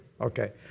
Okay